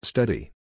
Study